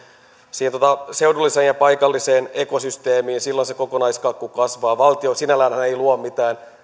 siihen seudulliseen ja paikalliseen ekosysteemiin silloin se kokonaiskakku kasvaa valtio sinälläänhän ei luo mitään